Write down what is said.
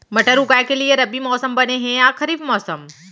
मटर उगाए के लिए रबि मौसम बने हे या खरीफ मौसम?